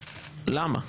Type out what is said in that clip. למה?